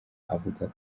avuga